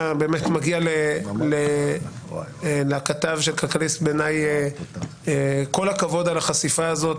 כשמגיע לכתב של כלכליסט בעיניי כל הכבוד על החשיפה הזאת.